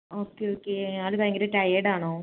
okay okay ആൾ ഭയങ്കര tired ആണോ